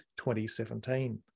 2017